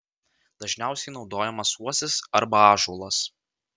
dažniausiai naudojamas uosis arba ąžuolas